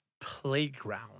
playground